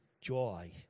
joy